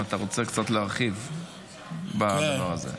אם אתה רוצה קצת להרחיב בדבר הזה.